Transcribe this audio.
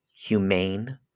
humane